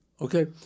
Okay